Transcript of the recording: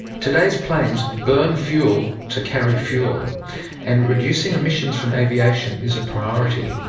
today's planes burn fuel to carry fuel and reducing emissions from aviation is a priority.